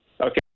Okay